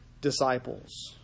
disciples